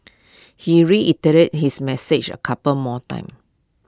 he reiterated his message A couple more times